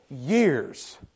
years